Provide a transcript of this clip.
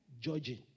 Judging